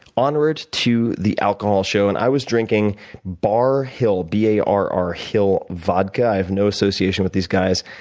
onward to the alcohol show. and i was drinking barr hill, b a r r hill vodka have no association with these guys.